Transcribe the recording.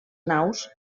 naus